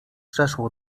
przeszło